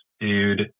dude